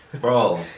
Bro